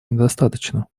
недостаточно